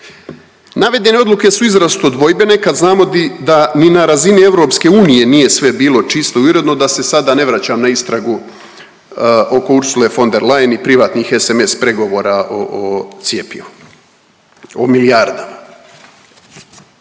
Navedene odluke su izrazito dvojbene kad znamo da ni na razini EU nije sve bilo čisto i uredno, da se sada ne vraćam na istragu oko Ursule von der Leyen i privatnih SMS pregovora o, o cjepivu, o milijardama.